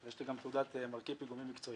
ויש לי גם תעודת מרכיב פיגומים מקצועי.